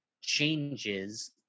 changes